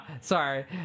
sorry